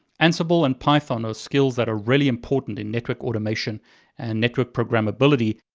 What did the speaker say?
ansible and python are skills that are really important in network automation and network programmability.